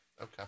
Okay